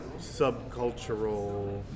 subcultural